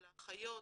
על האחיות,